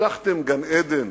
הבטחתם גן-עדן